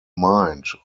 mind